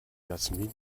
jasmin